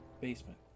basement